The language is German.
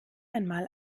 einmal